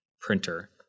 printer